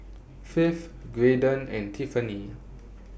Faith Graydon and Tiffanie